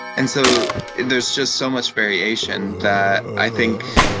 and so there's just so much variation that i think